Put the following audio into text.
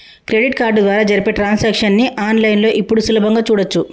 credit card ద్వారా జరిపే transactions ని ఆన్ లైన్ లో ఇప్పుడు సులభంగా చూడచ్చు